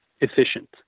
efficient